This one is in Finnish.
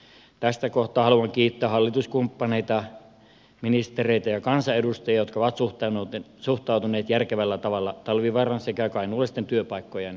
tässä kohtaa haluan kiittää hallituskumppaneita ministereitä ja kansanedustajia jotka ovat suhtautuneet järkevällä tavalla talvivaaran sekä kainuulaisten työpaikkojen pelastamiseen